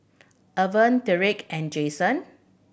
Evert Tyrek and Jasen